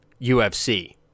UFC